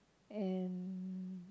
and